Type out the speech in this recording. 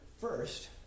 first